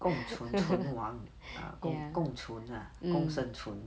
共存存亡 ah 共存 ah 共生存